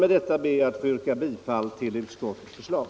Med detta ber jag att få yrka bifall till utskottets förslag.